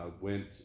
went